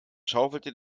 schaufelte